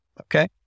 Okay